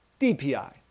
DPI